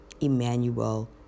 Emmanuel